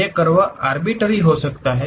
ये कर्व भी अर्बिटरी हो सकता है